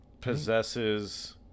possesses